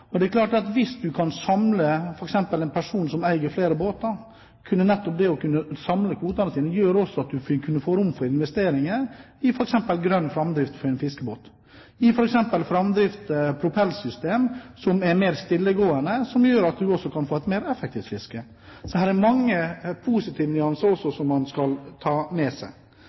Hvis man har en person som eier flere båter, kunne det å samle kvotene gjøre at vi kunne få rom for investeringer i f.eks. grønn framdrift for en fiskebåt, eller propellsystem som er mer stillegående, og som gjør at man kan få et mer effektivt fiske. Det er også mange positive nyanser man skal ta med seg.